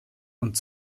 und